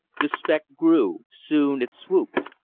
the speck grew. soon it swooped.